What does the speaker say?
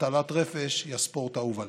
והטלת רפש היא הספורט האהוב עליהם.